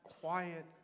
quiet